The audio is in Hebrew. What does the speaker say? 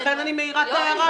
לכן אני מעירה את ההערה הזאת.